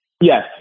Yes